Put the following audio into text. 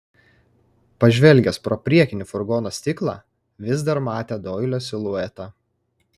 pažvelgęs pro priekinį furgono stiklą vis dar matė doilio siluetą